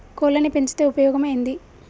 కోళ్లని పెంచితే ఉపయోగం ఏంది?